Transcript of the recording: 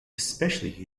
especially